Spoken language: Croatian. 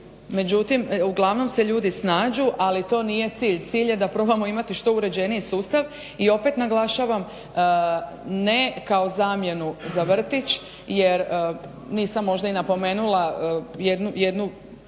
Međutim uglavnom se ljudi snađu ali to nije cilj, cilj je da probamo imati što uređeniji sustav i opet naglašavam, ne kao zamjenu za vrtić jer nisam možda ni napomenula jednu